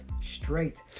straight